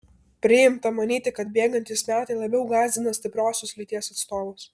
priimta manyti kad bėgantys metai labiau gąsdina stipriosios lyties atstovus